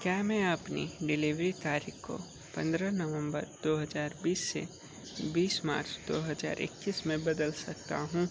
क्या मैं अपनी डिलीवरी तारीख को पंद्रह नवम्बर दो हज़ार बीस से बीस मार्च दो हज़ार इक्किस में बदल सकता हूँ